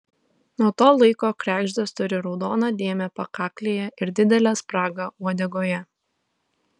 nuo to laiko kregždės turi raudoną dėmę pakaklėje ir didelę spragą uodegoje